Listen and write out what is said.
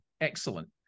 excellent